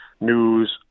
news